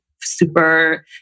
super